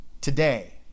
today